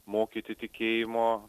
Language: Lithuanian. mokyti tikėjimo